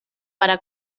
para